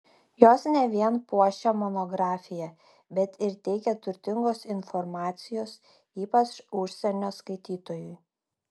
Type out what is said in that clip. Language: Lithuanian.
jos ne vien puošia monografiją bet ir teikia turtingos informacijos ypač užsienio skaitytojui